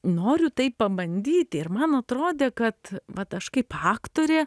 noriu tai pabandyti ir man atrodė kad vat aš kaip aktorė